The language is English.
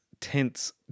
tense